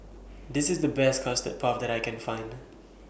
This IS The Best Custard Puff that I Can Find